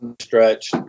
Stretch